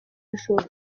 ijuru